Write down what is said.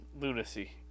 lunacy